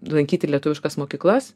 lankyti lietuviškas mokyklas